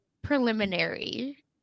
preliminary